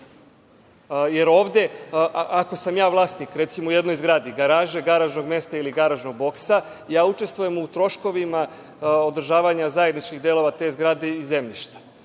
Jer ovde ako sam ja vlasnik, recimo u jednoj zgradi, garaže, garažnog mesta ili garažnog boksa, ja učestvujem u troškovima održavanja zajedničkih delova te zgrade i zemljišta.